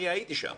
אני הייתי שם.